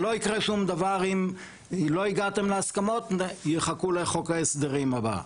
אם לא הגעתם להסכמות יחכו לחוק ההסדרים הבא.